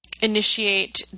initiate